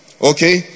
Okay